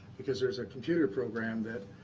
because there's a computer program that,